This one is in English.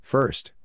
First